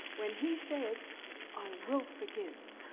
when he said i will forgive